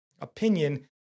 opinion